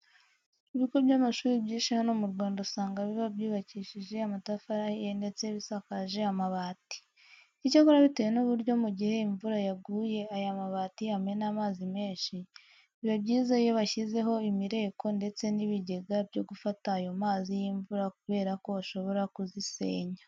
Ibigo by'amashuri byinshi hano mu Rwanda usanga biba byubakishije amatafari ahiye ndetse bisakaje amabati. Icyakora bitewe n'uburyo mu gihe imvura yaguye aya mabati amena amazi menshi, biba byiza iyo bashyizeho imireko ndetse n'ibigega byo gufata ayo mazi y'imvura kubera ko ashobora kuzisenya.